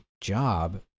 job